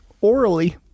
orally